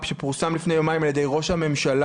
שפורסם לפני יומיים על ידי ראש הממשלה